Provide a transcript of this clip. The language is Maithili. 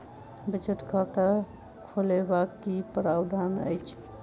बचत खाता खोलेबाक की प्रावधान अछि?